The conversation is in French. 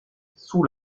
sous